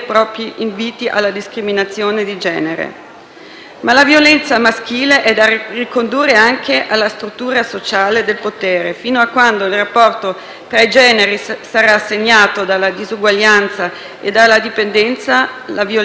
Ma la violenza maschile è da ricondurre anche alla struttura sociale del potere. Fino a quando il rapporto tra i generi sarà segnato dalla disuguaglianza e dalla dipendenza, la violenza contro le donne sarà sempre presente.